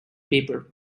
paper